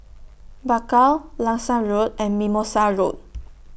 Bakau Langsat Road and Mimosa Road